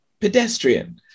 pedestrian